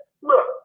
look